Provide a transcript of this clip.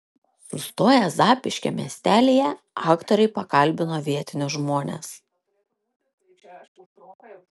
sustoję zapyškio miestelyje aktoriai pakalbino vietinius žmones